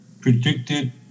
predicted